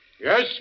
Yes